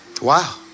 Wow